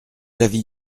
l’avis